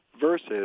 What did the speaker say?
versus